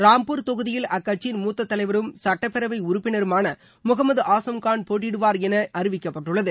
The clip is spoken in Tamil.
ராம்பூர் தொகுதியில் அக்கட்சியின் மூத்த தலைவரும் சட்டப்பேரவை உறுப்பினருமான முகமது ஆசம்கான் போட்டியிடுவார் என அறிவிக்கப்பட்டுள்ளது